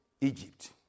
Egypt